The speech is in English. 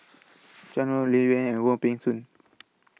Chuan No Liuyun and Wong Peng Soon